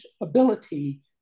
ability